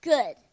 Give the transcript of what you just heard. Good